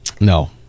No